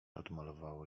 odmalowało